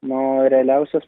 na o realiausias